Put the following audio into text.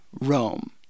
Rome